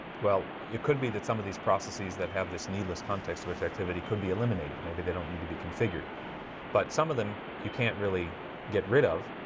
well, it could be that some of these processes that have this needless context switch activity could be eliminated maybe they don't need to be configured but some of them you can't really rid of